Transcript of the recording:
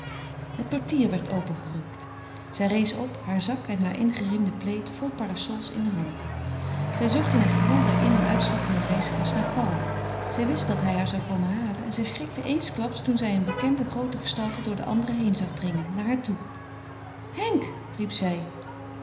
het portier werd opengerukt zij rees op heur zak en heur ingeriemden plaid vol parasols in de hand zij zocht in het gewoel der in en uitstappende reizigers naar paul zij wist dat hij haar zou komen halen en zij schrikte eensklaps toen zij eene bekende groote gestalte door de anderen heen zag dringen naar haar toe henk riep zij